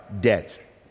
debt